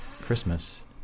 Christmas